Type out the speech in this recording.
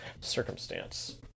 circumstance